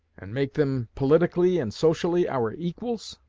and make them politically and socially our equals?